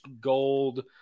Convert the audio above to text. gold